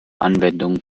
anwendung